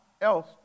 else